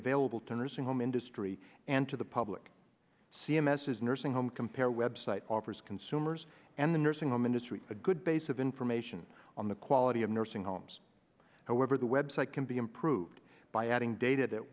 available to nursing home industry and to the public c m s is nursing home compare website offers consumers and the nursing home industry a good base of information on the quality of nursing homes however the website can be improved by adding data that